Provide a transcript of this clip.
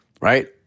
right